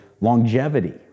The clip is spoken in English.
longevity